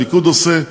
הליכוד עושה,